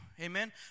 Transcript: Amen